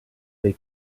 they